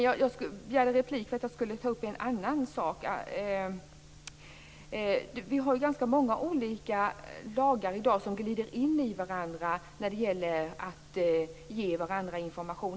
Jag begärde dock ordet för att ta upp en annan sak. Vi har i dag ganska många olika lagar som glider in i varandra när det gäller att ge varandra information.